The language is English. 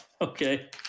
Okay